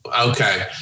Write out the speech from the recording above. okay